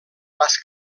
vas